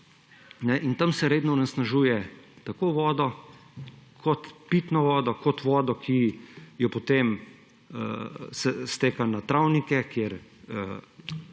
Tam se redno onesnažuje tako vodo kot pitno vodo, kot vodo, ki potem se steka na travnike, kjer